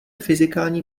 fyzikální